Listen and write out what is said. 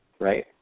Right